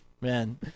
Man